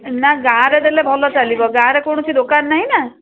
ନା ଗାଁରେ ଦେଲେ ଭଲ ଚାଲିବ ଗାଁରେ କୌଣସି ଦୋକାନ ନାହିଁ ନା